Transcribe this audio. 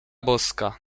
boska